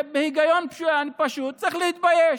בהיגיון פשוט, צריך להתבייש.